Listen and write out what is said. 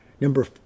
Number